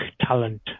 talent